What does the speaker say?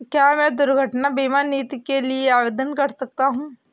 क्या मैं दुर्घटना बीमा नीति के लिए आवेदन कर सकता हूँ?